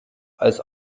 als